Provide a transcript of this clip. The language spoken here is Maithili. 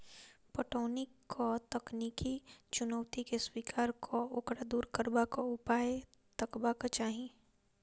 पटौनीक तकनीकी चुनौती के स्वीकार क ओकरा दूर करबाक उपाय तकबाक चाही